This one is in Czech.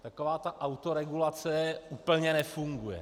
Taková ta autoregulace úplně nefunguje.